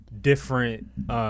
different